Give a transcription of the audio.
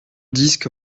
disque